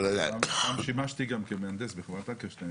פעם שימשתי גם כמהנדס בחברת אקרשטיין,